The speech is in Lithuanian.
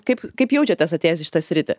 kaip kaip jaučiatės atėjęs į šitą sritį